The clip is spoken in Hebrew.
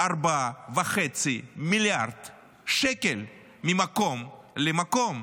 4.5 מיליארד שקל ממקום למקום.